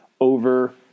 over